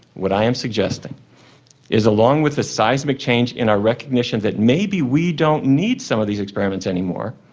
what i'm suggesting is, along with the seismic change in our recognition that maybe we don't need some of these experiments anymore,